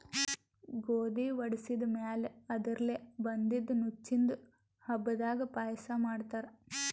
ಗೋಧಿ ವಡಿಸಿದ್ ಮ್ಯಾಲ್ ಅದರ್ಲೆ ಬಂದಿದ್ದ ನುಚ್ಚಿಂದು ಹಬ್ಬದಾಗ್ ಪಾಯಸ ಮಾಡ್ತಾರ್